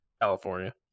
California